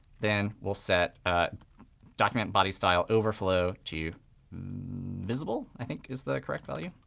then we'll set ah document body style overflow to visible, i think, is the correct value.